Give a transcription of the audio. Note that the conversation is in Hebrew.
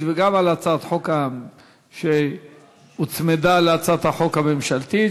וגם על הצעת החוק שהוצמדה להצעת החוק הממשלתית,